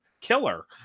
killer